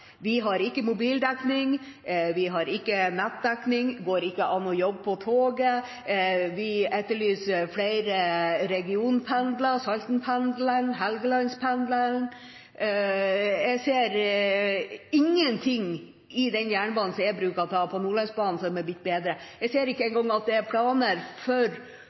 Vi har ikke mobildekning, vi har ikke nettdekning, det går ikke an å jobbe på toget, og vi etterlyser flere regionpendler – Saltenpendelen, Helgelandspendelen. Jeg ser ingenting i den jernbanen som jeg bruker å ta, Nordlandsbanen, som er blitt bedre. Jeg ser ikke engang at det er noen snarlige planer for